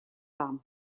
там